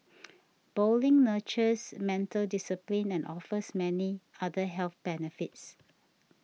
bowling nurtures mental discipline and offers many other health benefits